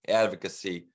advocacy